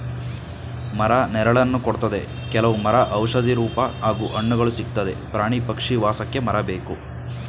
ಮರ ನೆರಳನ್ನ ಕೊಡ್ತದೆ ಕೆಲವ್ ಮರ ಔಷಧಿ ರೂಪ ಹಾಗೂ ಹಣ್ಣುಗಳು ಸಿಕ್ತದೆ ಪ್ರಾಣಿ ಪಕ್ಷಿ ವಾಸಕ್ಕೆ ಮರ ಬೇಕು